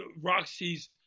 Roxy's